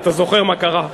אתה זוכר מה קרה.